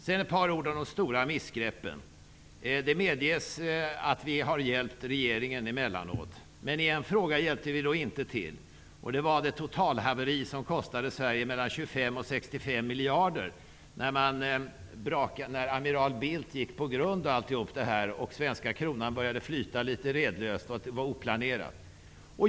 Sedan ett par ord om de stora missgreppen. Det medges att vi har hjälpt regeringen emellanåt. Men i en fråga hjälpte vi då rakt inte till. Jag avser då det totalhaveri som kostade Sverige 25--65 miljarder kronor. Det var när amiral Bildt gick på grund osv. och svenska kronan började flyta litet redlöst och oplanerat.